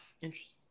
Interesting